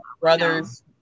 brother's